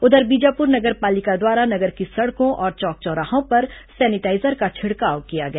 उधर बीजापुर नगर पालिका द्वारा नगर की सड़कों और चौक चौराहों पर सैनिटाईजर का छिड़काव किया गया